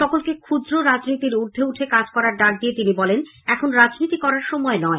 সকলকে ক্ষুদ্র রাজনীতির উর্ধে উঠে কাজ করার ডাক দিয়ে মুখ্যমন্ত্রী বলেন এখন রাজনীতি করার সময় নয়